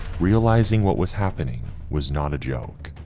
realizing what was happening was not a joke.